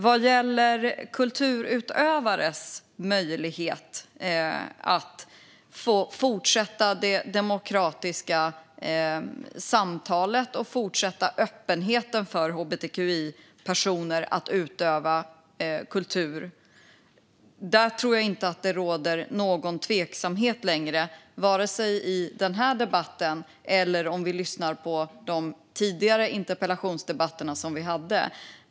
Vad gäller kulturutövares möjlighet att fortsätta det demokratiska samtalet och möjligheten för hbtqi-personer att fortsätta utöva kultur tror jag inte att det längre råder någon tvekan, vare sig utifrån den här debatten eller utifrån de interpellationsdebatter vi hade tidigare.